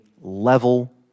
level